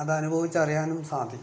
അത് അനുഭവിച്ചറിയാനും സാധിക്കും